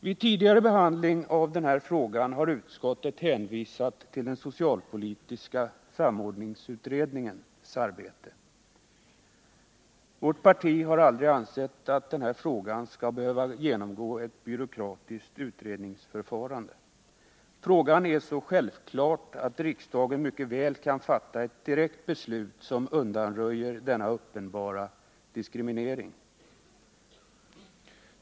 Vid tidigare behandling av den här frågan har utskottet hänvisat till den socialpolitiska samordningsutredningens arbete. Vårt parti har aldrig ansett att denna fråga skall behöva genomgå ett byråkratiskt utredningsförfarande. Den är så självklar att riksdagen mycket väl kan fatta ett direkt beslut, som undanröjer denna uppenbara diskriminering.